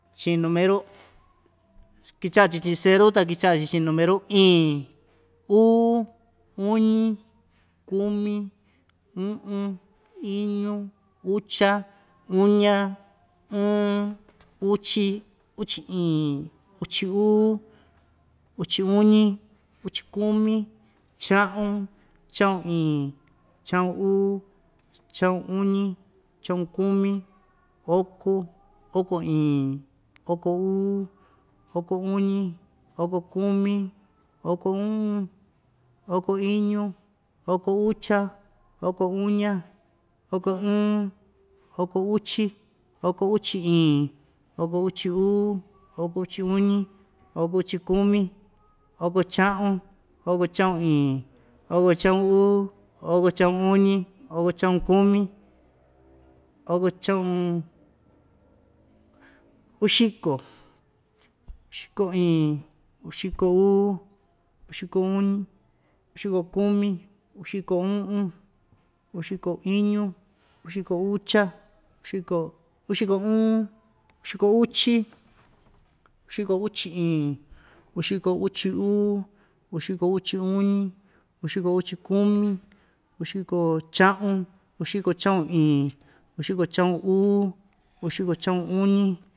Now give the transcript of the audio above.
Chi'in numeru kicha'a‑chi chi'in ceru ta kicha'a‑chi chi'in numero iin, uu, uñi. kumi, u'un, iñu, ucha, uña, ɨɨn, uchi, uchi iin, uchi uu, uchi uñi, uchi kumi, cha'un, cha'un iin, cha'un uu, cha'un uñi, cha'un kumi, oko, oko iin, oko uu, oko uñi, oko kumi, oko u'un, oko iñu, oko ucha, oko uña, oko ɨɨn, oko uchi, oko uchi iin, oko uchi uu, oko uchi uñi, oko uchi kumi, oko cha'un, oko cha'un iin, oko cha'un uu, oko cha'un uñi, oko cha'un kumi, oko cha'un, uxiko, uxiko iin, uxiko uu, uxiko uñi, uxiko kumi, uxiko u'un, uxiko iñu, uxiko ucha, uxiko uxiko ɨɨn, uxiko uchi, uxiko uchi iin, uxiko uchi uu, uxiko uchi uñi, uxiko uchi kumi, uxiko cha'un, uxiko cha'un iin, uxiko cha'un uu, uxiko cha'un uñi.